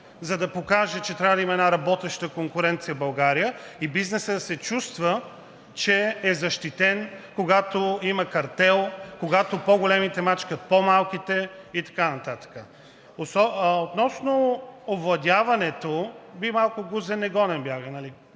за да покаже, че трябва да има една работеща конкуренция в България и бизнесът да се чувства, че е защитен, когато има картел, когато по-големите мачкат по-малките и така нататък. Относно овладяването – Вие малко гузен негонен бяга, нали.